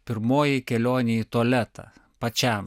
pirmoji kelionė į tualetą pačiam